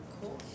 Cool